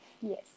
yes